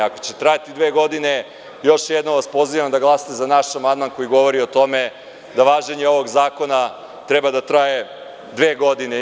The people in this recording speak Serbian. Ako će trajati dve godine još jednom vas pozivam da glasate za naš amandman koji govori o tome da važenje ovog zakona treba da traje dve godine.